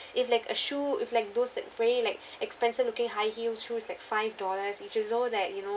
if like a shoe if like those very like expensive looking high heels shoe is like five dollars you should know that you know